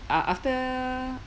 uh after